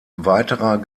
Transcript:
weiterer